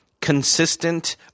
consistent